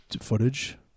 footage